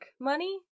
money